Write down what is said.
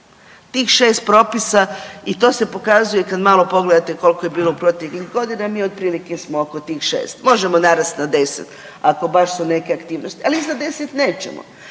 Tih 6 propis i to se pokazuje kad malo pogledate koliko je u proteklim godinama da mi otprilike oko tih 6, možemo narast na 10 ako baš su neke aktivnosti, ali iznad 10 nećemo.